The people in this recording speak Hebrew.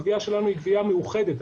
הגבייה שלנו היא גבייה מאוחדת,